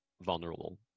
vulnerable